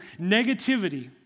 Negativity